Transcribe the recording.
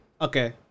Okay